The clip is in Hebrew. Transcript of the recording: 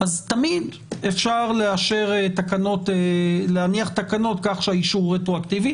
אז תמיד אפשר להניח תקנות כך שהאישור הוא רטרואקטיבי.